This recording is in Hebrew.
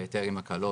בהיתר עם הקלות,